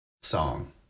song